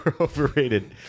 overrated